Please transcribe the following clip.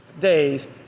days